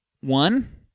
One